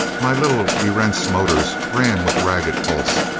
my little erentz motors ran with ragged pulse.